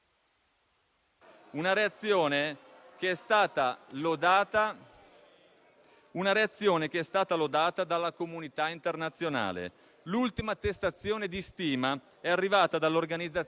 Prima di passare alle votazioni, avverto che, in linea con una prassi consolidata, le proposte di risoluzione saranno poste ai voti secondo l'ordine di presentazione e per le parti non precluse